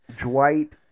Dwight